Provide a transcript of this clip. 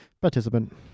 participant